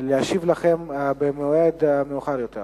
להשיב לכם במועד מאוחר יותר.